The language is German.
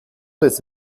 des